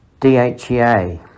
DHEA